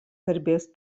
garbės